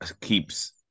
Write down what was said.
keeps